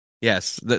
Yes